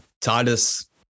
Titus